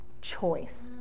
choice